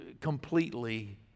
completely